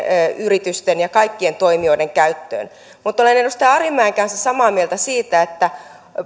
yritysten ja kaikkien toimijoiden käyttöön mutta olen edustaja arhinmäen kanssa samaa mieltä siitä että